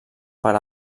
pels